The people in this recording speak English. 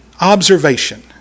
observation